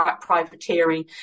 privateering